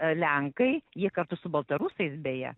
lenkai jie kartu su baltarusais beje